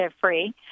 Free